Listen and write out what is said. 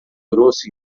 grosso